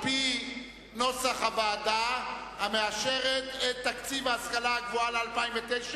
על-פי נוסח הוועדה המאשרת את תקציב ההשכלה הגבוהה ל-2009: